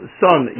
son